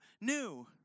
new